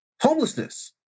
Homelessness